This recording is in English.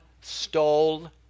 stole